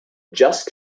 just